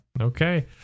Okay